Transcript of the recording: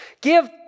Give